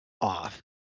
off